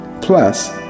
Plus